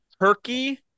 turkey